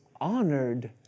honored